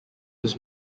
was